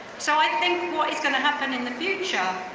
so i think what is going to happen in the future,